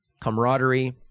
camaraderie